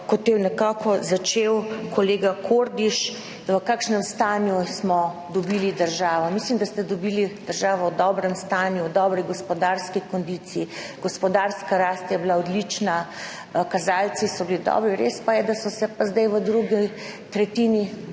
kot je nekako začel kolega Kordiš, v kakšnem stanju smo dobili državo. Mislim, da ste dobili državo v dobrem stanju, v dobri gospodarski kondiciji. Gospodarska rast je bila odlična, kazalci so bili dobri, res pa je, da so se zdaj v drugi tretjini zelo